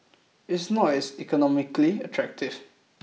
it's not as economically attractive